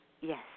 Yes